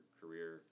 career